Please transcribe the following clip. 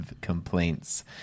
complaints